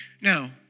Now